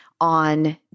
on